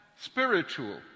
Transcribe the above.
spiritual